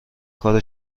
کار